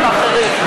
אחרים, אחרים.